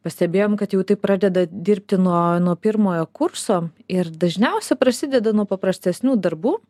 pastebėjom kad jau taip pradeda dirbti nuo nuo pirmojo kurso ir dažniausiai prasideda nuo paprastesnių darbų